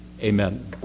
amen